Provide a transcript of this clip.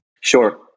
Sure